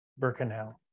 Birkenau